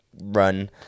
run